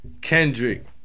Kendrick